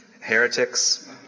heretics